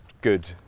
good